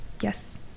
yes